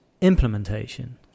implementation